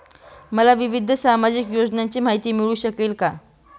मला विविध सामाजिक योजनांची माहिती मिळू शकेल का?